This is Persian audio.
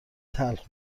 تلخ